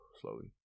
Slowly